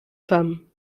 femmes